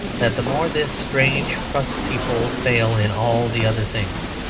that the more this strange pruss people fail in all the other things,